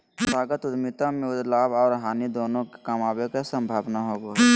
संस्थागत उद्यमिता में लाभ आर हानि दोनों कमाबे के संभावना होबो हय